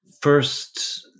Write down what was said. first